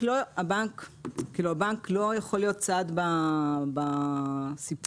הבנק לא יכול להיות צד בסיפור הזה.